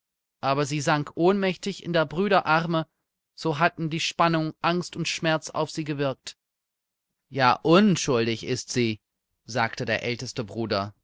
aber sie sank ohnmächtig in der brüder arme so hatten die spannung angst und schmerz auf sie gewirkt ja unschuldig ist sie sagte der älteste bruder